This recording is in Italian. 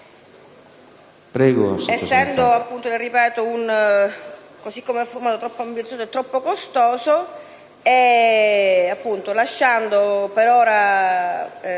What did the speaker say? Prego,